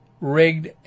rigged